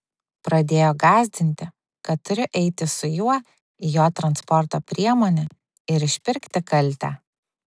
pradėjo gąsdinti kad turiu eiti su juo į jo transporto priemonę ir išpirkti kaltę